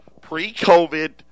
pre-COVID